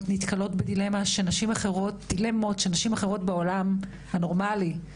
נתקלות בדילמות שנשים אחרות בעולם הנורמלי,